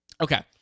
Okay